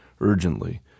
urgently